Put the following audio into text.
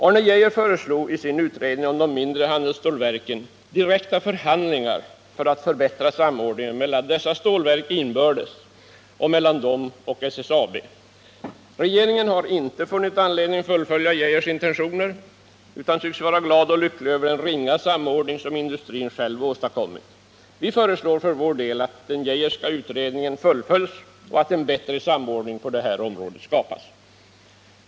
Arne Geijer föreslog i sin utredning om de mindre handelsstålverken direkta förhandlingar för att förbättra samordningen mellan dessa stålverk inbördes och mellan dem och SSAB. Regeringen har inte funnit anledning att fullfölja Arne Geijers intentioner utan tycks vara glad och lycklig över den ringa samordning som industrin själv har åstadkommit. Vi föreslår för vår del att den Geijerska utredningen fullföljs och att en bättre samordning på detta område skapas.